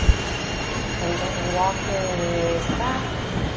then gently walk your knees back.